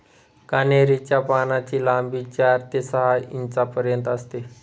कन्हेरी च्या पानांची लांबी चार ते सहा इंचापर्यंत असते